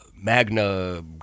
magna